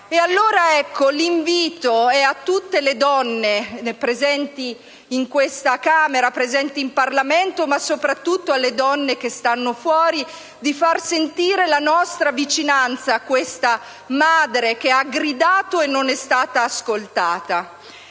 allora a tutte le donne presenti in questa Camera e in tutto il Parlamento, ma soprattutto alle donne che stanno fuori, l'invito a far sentire la nostra vicinanza a questa madre che ha gridato e non è stata ascoltata.